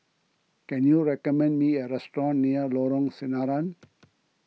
can you recommend me a restaurant near Lorong Sinaran